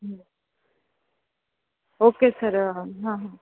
okay sir हां हां